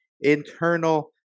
internal